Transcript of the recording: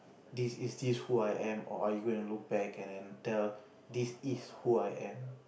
this is this who I am or are you gonna look back and then tell this is who I am